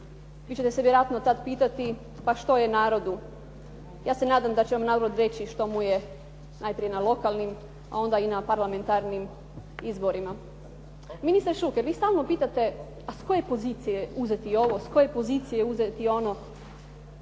Vi ćete se vjerojatno tad pitati pa što je narodu. Ja se nadam da će vam narod reći što mu je najprije na lokalnim, a onda i na parlamentarnim izborima. Ministre Šuker, vi stalno pitate a s koje pozicije uzeti ovo, s koje pozicije uzeti ono,